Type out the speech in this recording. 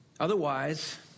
Otherwise